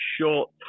short